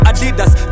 Adidas